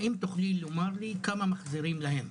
האם תוכלי לומר לי כמה מחזירים להם?